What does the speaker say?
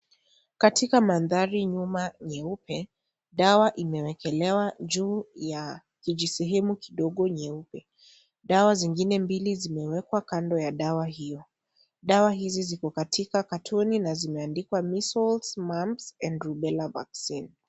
Katika mandhari nyuma nyeupe. Dawa imewekelewa juu ya kijisehemu kidogo nyeupe. Dawa zingine mbili zimewekwa kando ya dawa hio. Dawa hizi ziko katika katoni na zimeandikwa Measles, Mumps and Rubella Vaccine.